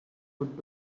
could